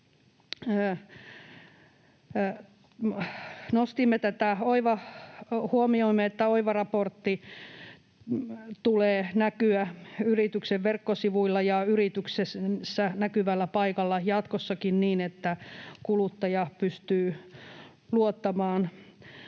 Huomioimme, että Oiva-raportin tulee näkyä yrityksen verkkosivuilla ja yrityksessä näkyvällä paikalla jatkossakin, niin että kuluttaja pystyy luottamaan